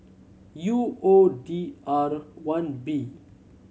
U O D R one B